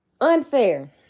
unfair